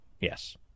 yes